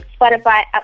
Spotify